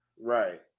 Right